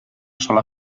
sola